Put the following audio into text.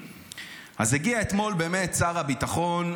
אז הגיע אתמול באמת שר הביטחון,